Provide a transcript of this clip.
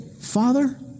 Father